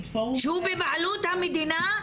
שהוא בבעלות המדינה,